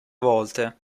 volte